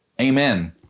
Amen